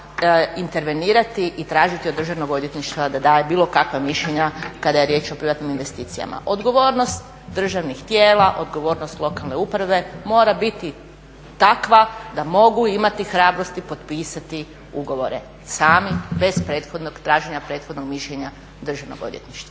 intervenirati i tražiti od državnog odvjetništva da daje bilo kakva mišljenja kada je riječ o privatnim investicijama. Odgovornost državnih tijela, odgovornost lokalne uprave mora biti takva da mogu imati hrabrosti potpisati ugovore sami bez prethodnog traženje prethodnog mišljenja državnog odvjetništva.